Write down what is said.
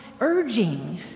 urging